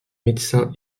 médecin